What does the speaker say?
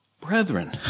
brethren